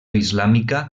islàmica